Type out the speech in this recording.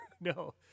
No